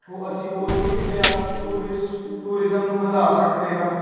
ਹੋ ਅਸੀਂ ਹੋਰ ਵੀ ਕਿਤੇ ਅਪ ਟੂਰਿਸਟ ਟੂਰਿਜ਼ਮ ਨੂੰ ਵਧਾ ਸਕਦੇ ਹਾਂ